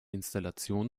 installation